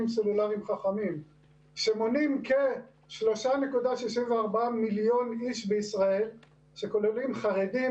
סלולרים חכמים שמונים כ- 3.64 מיליון איש בישראל שכוללים חרדים,